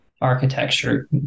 architecture